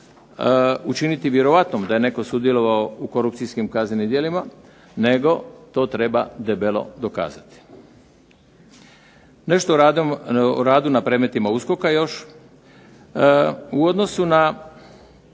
učiniti vjerojatno da je netko sudjelovao u korupcijskim kaznenim djelima, nego to treba debelo dokazati. Nešto o radu na predmetima USKOK-a još. U odnosu na